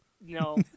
No